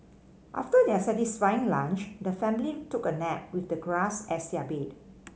after their satisfying lunch the family took a nap with the grass as their bed